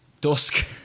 dusk